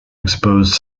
exposed